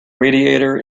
radiator